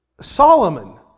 Solomon